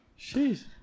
Jeez